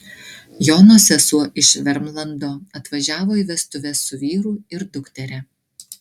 jono sesuo iš vermlando atvažiavo į vestuves su vyru ir dukteria